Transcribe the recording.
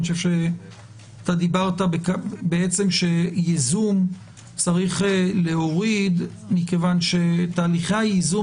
אני חושב אמרת שייזום צריך להוריד מכיוון שתהליכי הייזום